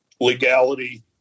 legality